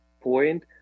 point